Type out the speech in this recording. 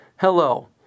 Hello